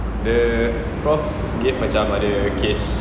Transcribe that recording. the prof gave macam ada case